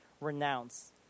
renounce